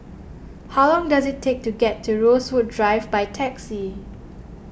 how long does it take to get to Rosewood Drive by taxi